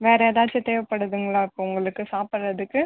வேறு ஏதாச்சும் தேவைப்படுதுங்களா இப்போ உங்களுக்கு சாப்பிட்றதுக்கு